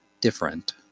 different